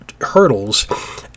hurdles